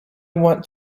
want